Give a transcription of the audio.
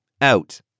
Out